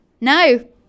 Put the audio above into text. No